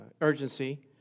urgency